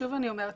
שוב אני אומרת,